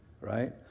right